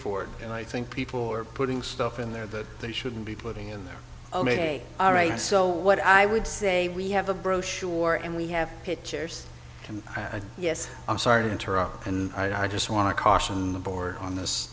for it and i think people are putting stuff in there that they shouldn't be putting in their own way all right so what i would say we have a brochure and we have pictures and yes i'm sorry to interrupt and i just want to caution the board on